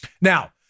Now